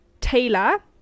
Taylor